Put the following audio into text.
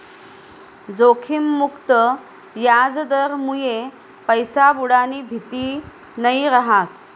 जोखिम मुक्त याजदरमुये पैसा बुडानी भीती नयी रहास